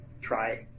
try